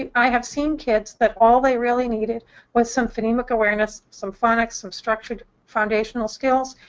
i have seen kids that all they really needed was some phonemic awareness, some phonics, some structured foundational skills,